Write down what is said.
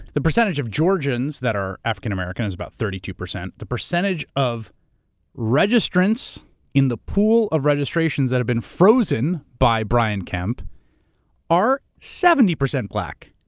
the percentage of georgians that are african american is about thirty two percent. the percentage of registrants in the pool of registrations have been frozen by brian kemp are seventy percent black,